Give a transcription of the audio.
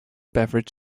beverage